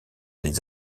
des